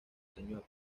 señor